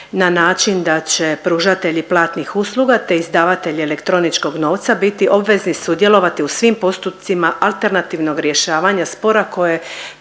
na način da će pružatelji platnih usluga te izdavatelji elektroničkog novca biti obvezni sudjelovati u svim postupcima alternativnog rješavanja spora koje